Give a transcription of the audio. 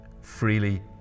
freely